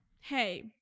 hey